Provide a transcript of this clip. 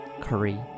Curry